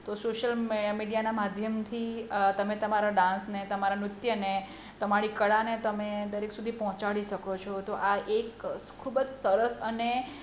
તો સોશિયલ મીડિયાના માધ્યમથી તમે તમારા ડાન્સને તમારા નૃત્યને તમારી કળાને તમે દરેક સુધી પહોંચાડી શકો છો તો આ એક ખૂબ જ સરસ અને